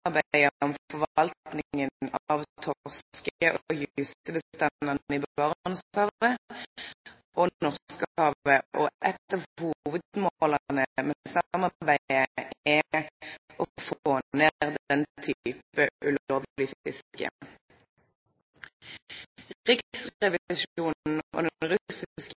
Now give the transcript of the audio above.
forvaltningen av torske- og hysebestandene i Barentshavet og Norskehavet, og ett av hovedmålene med samarbeidet er å få ned denne type ulovlig fiske. Riksrevisjonen og Den